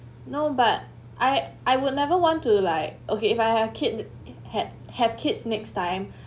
no but I I would never want to like okay if I have kid had have kids next time